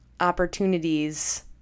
opportunities